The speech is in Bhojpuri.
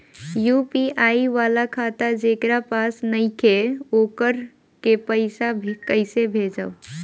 यू.पी.आई वाला खाता जेकरा पास नईखे वोकरा के पईसा कैसे भेजब?